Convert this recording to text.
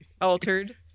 altered